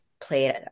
played